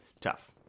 tough